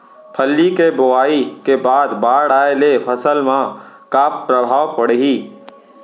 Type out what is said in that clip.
फल्ली के बोआई के बाद बाढ़ आये ले फसल मा का प्रभाव पड़ही?